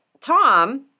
Tom